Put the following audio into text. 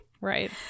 Right